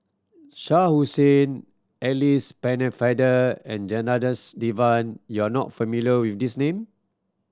Shah Hussain Alice Pennefather and Janadas Devan you are not familiar with these name